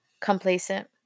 complacent